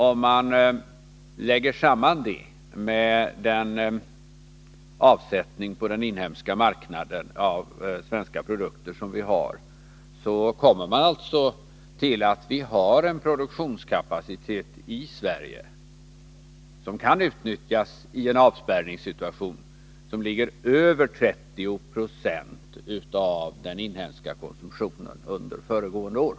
Om man lägger samman det med den avsättning på den inhemska marknaden av svenska produkter som vi har, så kommer man fram till att vi har en produktionskapacitet i Sverige som kan utnyttjas i en avspärrningssituation och som ligger över 30 20 av den inhemska konsumtionen från föregående år.